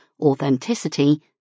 authenticity